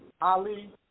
Ali